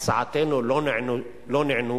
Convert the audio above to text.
הצעותינו לא נענו